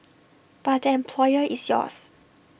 but the employer is yours